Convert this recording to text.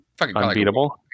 unbeatable